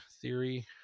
theory